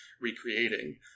recreating